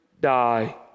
die